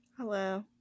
hello